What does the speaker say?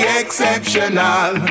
exceptional